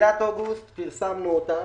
בתחילת אוגוסט פרסמנו אותם.